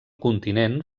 continent